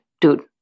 Dude